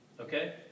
Okay